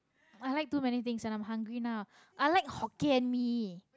i like too many things and i'm hungry now i like hokkien-mee